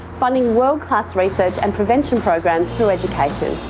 funding world class research and prevention programs through education,